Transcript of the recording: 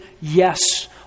yes